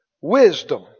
wisdom